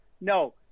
No